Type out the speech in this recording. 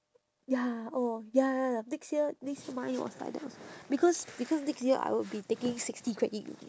ya oh ya ya the next year next year mine was like that also because because next year I would be taking sixty credit unit